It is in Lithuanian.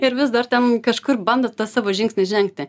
ir vis dar ten kažkur bando tą savo žingsnį žengti